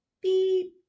beep